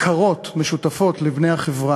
הכרות משותפות לבני החברה,